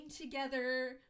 together